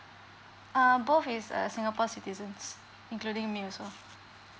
ah both is err singapore citizens including me also